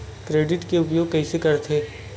Credit के उपयोग कइसे करथे?